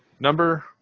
number